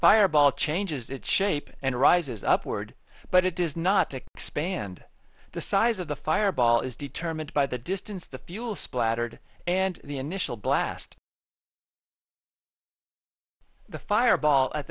fireball changes its shape and rises upward but it does not expand the size of the fireball is determined by the distance the fuel splattered and the initial blast the fireball at